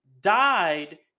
died